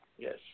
Yes